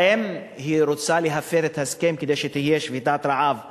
האם היא רוצה להפר את ההסכם כדי שתהיה שביתת רעב חדשה,